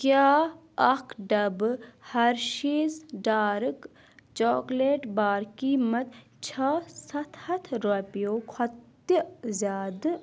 کیٛاہ اکھ ڈبہٕ ہرشیٖز ڈارک چاکلیٹ بار قیٖمت چھا ستھ ہتھ رۄپیو کھۄتہٕ تہِ زِیٛادٕ